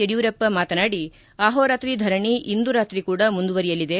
ಯಡಿಯೂರಪ್ಪ ಮಾತನಾಡಿ ಅಹೋರಾತ್ರಿ ಧರಣಿ ಇಂದು ರಾತ್ರಿ ಕೂಡ ಮುಂದುವರಿಯಲಿದೆ